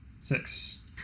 Six